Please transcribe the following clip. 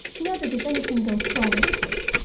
you know that if anything goes wrong with it,